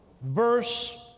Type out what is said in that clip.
verse